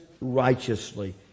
righteously